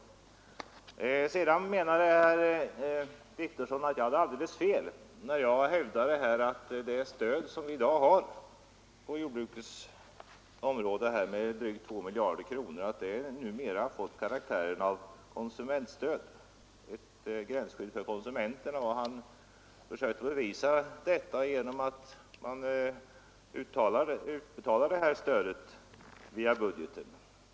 För det andra menade herr Wictorsson att jag hade alldeles fel när jag hävdade att det stöd som vi i dag har på jordbrukets område med drygt 2 miljarder kronor nu mera fått karaktären av konsumentstöd — ett gränsskydd för konsumenterna. Herr Wictorsson försökte bevisa detta genom att säga att man utbetalar det här stödet via budgeten.